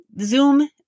zoom